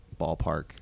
ballpark